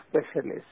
specialists